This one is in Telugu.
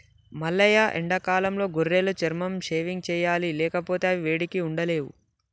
మల్లయ్య ఎండాకాలంలో గొర్రెల చర్మం షేవింగ్ సెయ్యాలి లేకపోతే అవి వేడికి ఉండలేవు